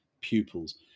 pupils